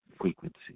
frequency